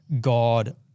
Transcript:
God